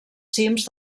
cims